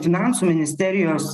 finansų ministerijos